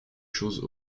choses